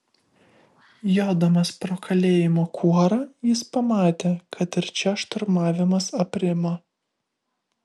jodamas pro kalėjimo kuorą jis pamatė kad ir čia šturmavimas aprimo